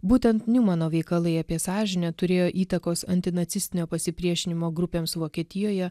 būtent niumano veikalai apie sąžinę turėjo įtakos antinacistinio pasipriešinimo grupėms vokietijoje